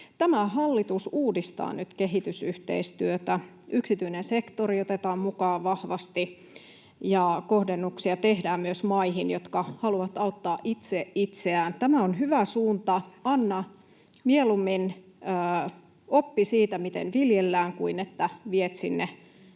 Tämä hallitus uudistaa nyt kehitysyhteistyötä. Yksityinen sektori otetaan mukaan vahvasti, ja kohdennuksia tehdään myös maihin, jotka haluavat auttaa itse itseään. Tämä on hyvä suunta: anna mieluummin oppi siitä, miten viljellään, kuin että viet sinne